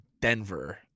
Denver